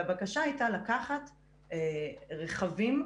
והבקשה הייתה לקחת רכבים,